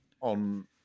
on